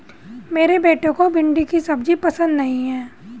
मेरे बेटे को भिंडी की सब्जी पसंद नहीं है